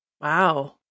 Wow